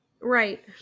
Right